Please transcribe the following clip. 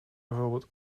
bijvoorbeeld